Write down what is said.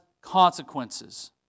consequences